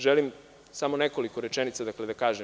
Želim samo nekoliko rečenica da kažem.